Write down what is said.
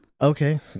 Okay